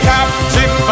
Captain